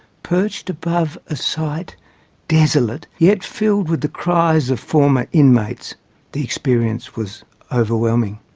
perched above a site desolate, yet filled with the cries of former inmates the experience was overwhelming.